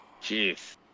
Jeez